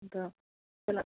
अन्त पहिला